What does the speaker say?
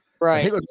Right